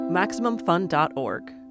MaximumFun.org